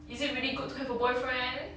is it really good to have a boyfriend